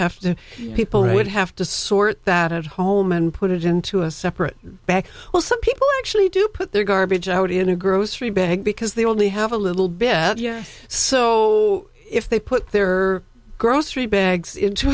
have to people would have to sort that at home and put it into a separate back well some people actually do put their garbage out in a grocery bag because they only have a little bit yeah so if they put their grocery bags into